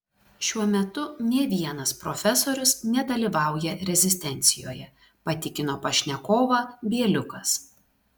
šiuo metu nė vienas profesorius nedalyvauja rezistencijoje patikino pašnekovą bieliukas